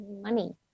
money